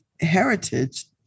heritage